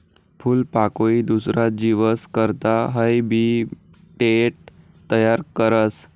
फूलपाकोई दुसरा जीवस करता हैबीटेट तयार करस